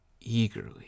eagerly